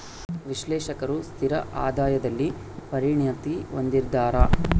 ವಿಶ್ಲೇಷಕರು ಸ್ಥಿರ ಆದಾಯದಲ್ಲಿ ಪರಿಣತಿ ಹೊಂದಿದ್ದಾರ